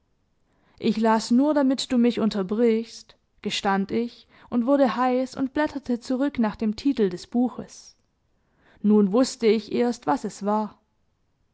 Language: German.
ich las nur damit du mich unterbrichst gestand ich und wurde heiß und blätterte zurück nach dem titel des buches nun wußte ich erst was es war